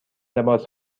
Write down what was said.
لباس